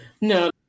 No